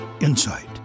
insight